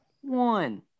one